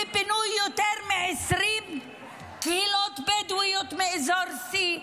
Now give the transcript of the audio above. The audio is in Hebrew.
בפינוי יותר מ-20 קהילות בדואיות מאזור C,